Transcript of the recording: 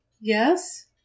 Yes